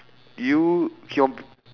you keep on